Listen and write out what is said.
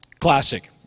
Classic